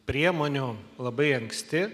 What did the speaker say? priemonių labai anksti